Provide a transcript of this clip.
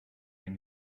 when